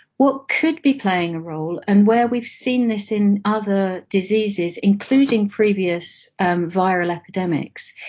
what could be playing a role and where we've seen this in other diseases, including previous and viral epidemics,